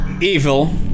evil